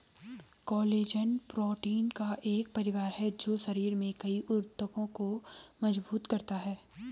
collagen protein का एक परिवार है जो शरीर में कई ऊतकों को मजबूत करता है